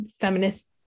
feminist